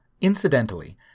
Incidentally